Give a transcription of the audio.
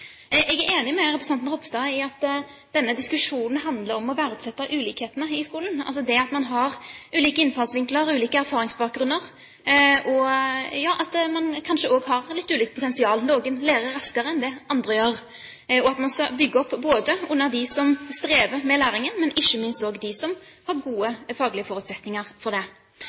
ulike innfallsvinkler, ulik erfaringsbakgrunn, at man kanskje også har litt ulikt potensial – noen lærer raskere enn andre – og at man skal bygge opp både under dem som strever med læringen, og ikke minst også opp under dem som har gode faglige forutsetninger for det.